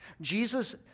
Jesus